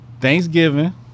Thanksgiving